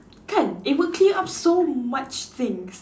kan it will clear up so much things